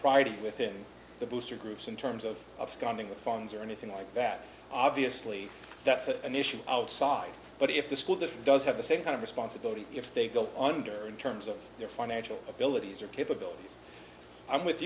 y within the booster groups in terms of absconding with funds or anything like that obviously that's an issue outside but if the school that does have the same kind of responsibility if they go under in terms of their financial abilities or capabilities i'm with